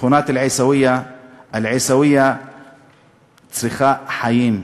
שכונת אל-עיסאוויה צריכה חיים.